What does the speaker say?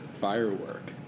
firework